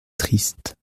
triste